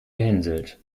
gehänselt